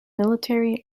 military